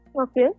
Okay